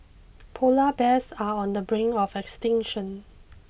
polar bears are on the brink of extinction